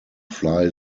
fly